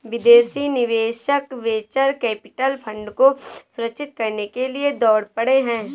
विदेशी निवेशक venture capital fund को सुरक्षित करने के लिए दौड़ पड़े हैं